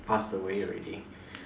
pass away already